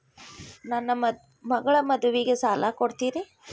ನನ್ನ ಮಗಳ ಮದುವಿಗೆ ಸಾಲ ಕೊಡ್ತೇರಿ?